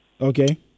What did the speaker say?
Okay